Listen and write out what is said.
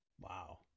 Wow